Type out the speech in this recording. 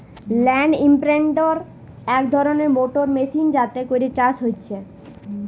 land ইমপ্রিন্টের এক ধরণের মোটর মেশিন যাতে করে চাষ হচ্ছে